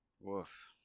Woof